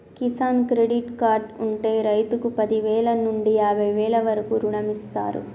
Kisan credit card ఉంటె రైతుకు పదివేల నుండి యాభై వేల వరకు రుణమిస్తారు